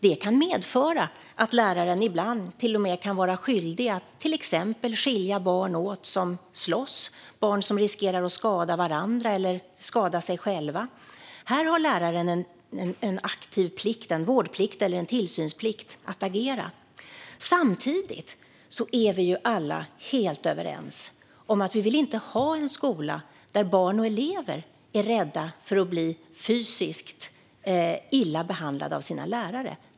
Det kan medföra att läraren ibland till och med kan vara skyldig att till exempel åtskilja barn som slåss eller ingripa när barn riskerar att skada varandra eller skada sig själva. Här har läraren en aktiv plikt att agera - en vårdplikt eller en tillsynsplikt. Samtidigt är vi alla helt överens om att vi inte vill ha en skola där barn och elever är rädda för att bli fysiskt illa behandlade av sina lärare.